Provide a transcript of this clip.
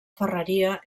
ferreria